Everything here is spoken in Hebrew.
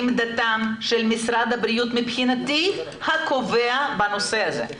משרד הבריאות מבחינתי הוא הקובע בנושא הזה.